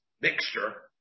mixture